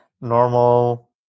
normal